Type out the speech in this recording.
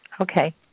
Okay